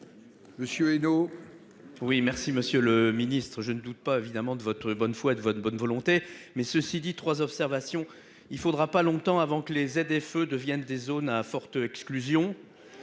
Monsieur Hulot. Oui, merci Monsieur le Ministre, je ne doute pas évidemment de votre bonne foi de votre bonne volonté, mais ceci dit 3 observations il faudra pas longtemps avant que les ZFE deviennent des zones à à forte exclusion.